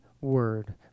word